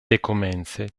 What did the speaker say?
dekomence